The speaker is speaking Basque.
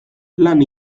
lan